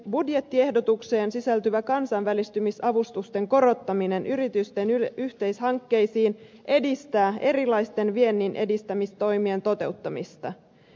budjettiehdotukseen sisältyvä kansainvälistymisavustusten korottaminen yritysten yhteishankkeisiin edistää erilaisten vienninedistämistoimien toteuttamista